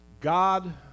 God